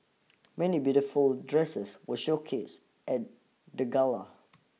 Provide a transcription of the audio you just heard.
many beautiful dresses were showcase at the gala